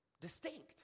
distinct